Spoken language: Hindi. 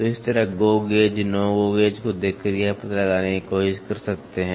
तो इस तरह आप go gauge no go gauge को देखकर यह पता लगाने की कोशिश कर सकते हैं